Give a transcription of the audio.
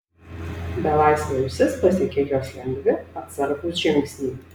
belaisvio ausis pasiekė jos lengvi atsargūs žingsniai